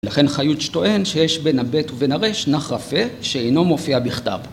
לכן חיות שטוען שיש בין ה-ב' ובין ה-ר' נח רפה שאינו מופיע בכתב.